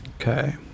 okay